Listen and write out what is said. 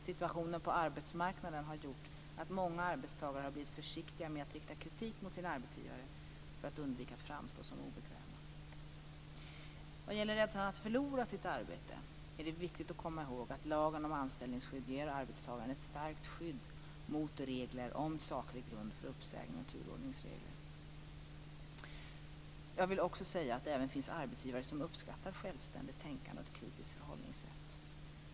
Situationen på arbetsmarknaden har gjort att många arbetstagare har blivit försiktiga med att rikta kritik mot sin arbetsgivare för att undvika att framstå som obekväma. Vad gäller rädslan för att förlora sitt arbete är det viktigt att komma ihåg att lagen om anställningsskydd ger arbetstagaren ett starkt skydd med regler om saklig grund för uppsägning och turordningsregler. Jag vill också säga att det även finns arbetsgivare som uppskattar självständigt tänkande och ett kritiskt förhållningssätt.